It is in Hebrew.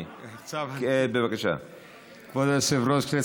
אני חושב שמיותר להעיר על חריגה של שתי שניות.